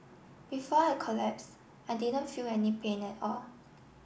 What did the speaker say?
before I collapse I didn't feel any pain at all